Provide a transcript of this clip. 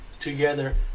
together